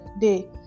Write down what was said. day